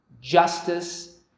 justice